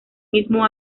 mismo